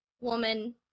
Woman